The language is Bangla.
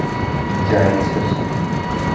জায়িদ শস্য কি?